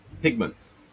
pigments